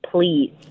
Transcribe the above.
Please